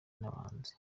n’abahanzi